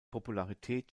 popularität